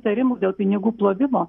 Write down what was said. įtarimų dėl pinigų plovimo